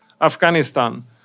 Afghanistan